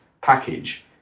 package